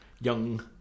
young